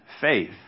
faith